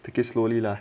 take it slowly lah